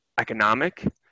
economic